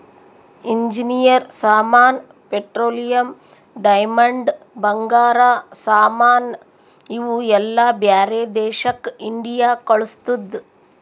engineer ಸಾಮಾನ್, petroleum, diamond, ಬಂಗಾರ ಸಾಮಾನ್ ಇವು ಎಲ್ಲಾ ಬ್ಯಾರೆ ದೇಶಕ್ ಇಂಡಿಯಾ ಕಳುಸ್ತುದ್